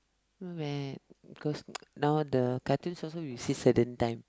not bad cause now the cartoons also you see certain time